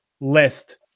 list